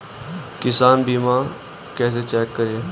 किसान बीमा कैसे चेक करें?